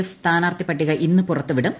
F സ്ഥാനാർത്ഥി പട്ടിക ഇന്ന് പുറത്തുവിടും